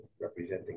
representing